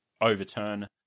overturn